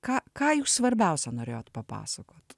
ką ką jūs svarbiausia norėjot papasakot